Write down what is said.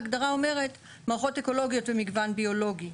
ההגדרה אומרת: מערכות אקולוגיות ומגוון ביולוגי.